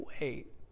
wait